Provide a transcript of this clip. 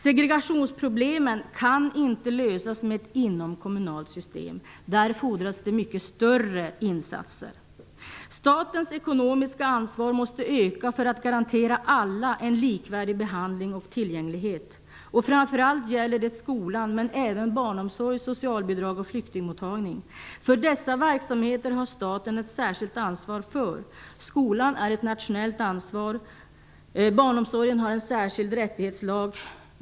Segregationsproblemen kan inte lösas med ett inomkommunalt system. Där fordras mycket större insatser. Statens ekonomiska ansvar måste öka för att garantera alla en likvärdig behandling och tillgänglighet. Framför allt gäller det skolan, men även barnomsorg, socialbidrag och flyktingmottagning. För dessa verksamheter har staten ett särskilt ansvar. Skolan är ett nationellt ansvar. Barnomsorgen har en särskild rättighetslag.